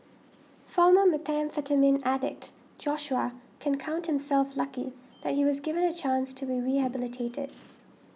former methamphetamine addict Joshua can count himself lucky that he was given a chance to be rehabilitated